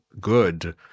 Good